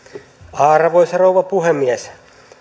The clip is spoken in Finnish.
arvoisa rouva puhemies